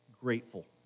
grateful